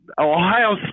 Ohio